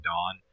Dawn